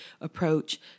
approach